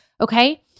okay